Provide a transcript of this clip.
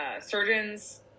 surgeons